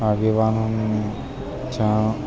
આગેવાનોની ચા